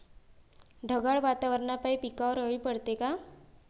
ढगाळ वातावरनापाई पिकावर अळी पडते का?